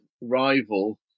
rival